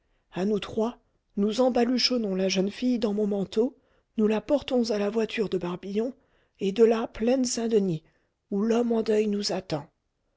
à nous trois nous embaluchonnons la jeune fille dans mon manteau nous la portons à la voiture de barbillon et de là plaine saint-denis où l'homme en deuil nous attend